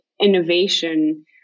innovation